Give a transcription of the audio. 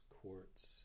quartz